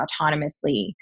autonomously